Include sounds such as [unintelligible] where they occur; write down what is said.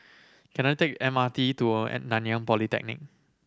can I take M R T to [unintelligible] Nanyang Polytechnic